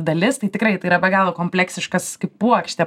dalis tai tikrai tai yra be galo kompleksiškas kaip puokštė